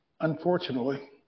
Unfortunately